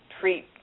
treat